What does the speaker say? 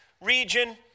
region